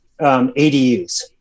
ADUs